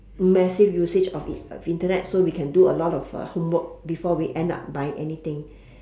massive usage of in~ of internet so we can do a lot of uh homework before we end up buy anything